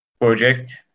project